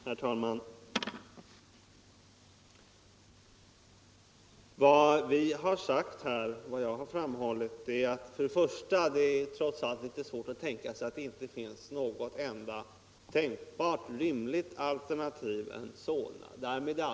Herr talman! Vad jag har framhållit är att det trots allt är litet svårt att tänka sig att det inte finns något enda rimligt alternativ till Solna.